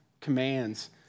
commands